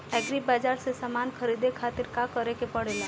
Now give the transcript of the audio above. Agri बाज़ार से समान ख़रीदे खातिर का करे के पड़ेला?